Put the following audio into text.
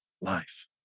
life